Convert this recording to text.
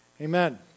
Amen